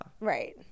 Right